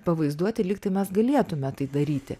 pavaizduoti lyg tai mes galėtume tai daryti